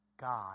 God